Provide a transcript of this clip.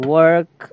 work